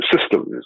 systems